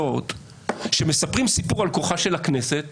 כל זה רק סיפורי אגדות שאנחנו שומעים?